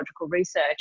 research